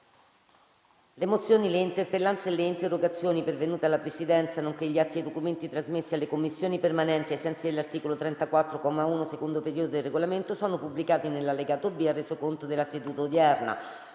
Le mozioni, le interpellanze e le interrogazioni pervenute alla Presidenza, nonché gli atti e i documenti trasmessi alle Commissioni permanenti ai sensi dell'articolo 34, comma 1, secondo periodo, del Regolamento sono pubblicati nell'allegato B al Resoconto della seduta odierna.